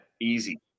Easy